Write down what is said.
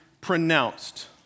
pronounced